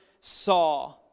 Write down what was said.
saw